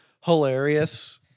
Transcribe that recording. hilarious